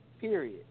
Period